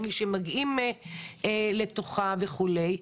בין מי שמגיעים לתוכה וכולי.